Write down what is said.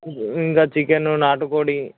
ఇంగ చికెన్ నాటుకోడి